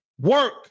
work